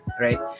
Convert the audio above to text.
right